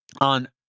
on